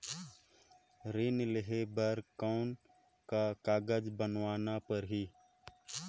ऋण लेहे बर कौन का कागज बनवाना परही?